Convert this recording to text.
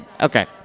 Okay